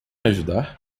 ajudar